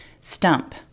Stump